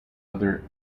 other